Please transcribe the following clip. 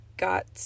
got